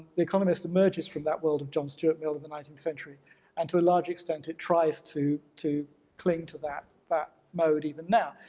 the economist emerges from that world of john stuart mill in the nineteenth century and to a larger extent it tries to to cling to that that mode even now.